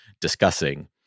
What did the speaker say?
discussing